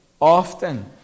often